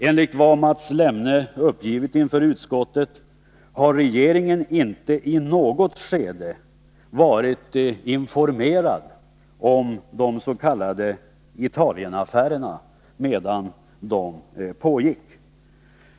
Enligt vad Mats Lemne uppgivit inför utskottet har regeringen inte i något skede varit informerad om de s.k. Italienaffärerna medan dessa pågick.